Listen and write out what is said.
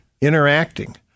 interacting